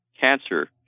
cancer